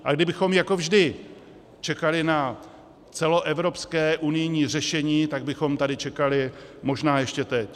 A kdybychom jako vždy čekali na celoevropské unijní řešení, tak bychom tady čekali možná ještě teď.